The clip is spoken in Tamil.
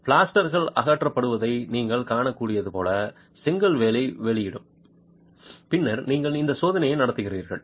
பிளாஸ்டர் அகற்றப்படுவதை நீங்கள் காணக்கூடியது போல செங்கல் வேலை வெளிப்படும் பின்னர் நீங்கள் இந்த சோதனையை நடத்துகிறீர்கள்